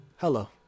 hello